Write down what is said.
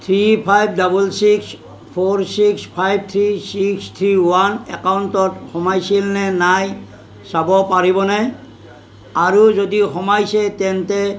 three five double six four six five three six three one একাউণ্টত সোমাইছিল নে নাই চাব পাৰিবনে আৰু যদি সোমাইছে তেন্তে